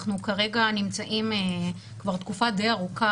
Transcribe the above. אנחנו כרגע נמצאים כבר תקופה די ארוכה